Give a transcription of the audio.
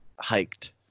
hiked